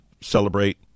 celebrate